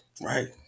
right